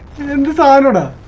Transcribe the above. and the five and